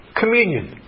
Communion